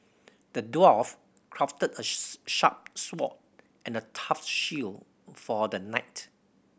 the dwarf crafted a sharp sword and a tough shield for the knight